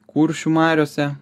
kuršių mariose